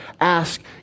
ask